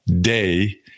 day